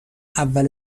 اول